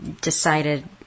decided